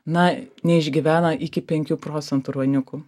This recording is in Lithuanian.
na neišgyvena iki penkių procentų ruoniukų